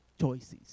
choices